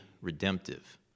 redemptive